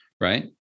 right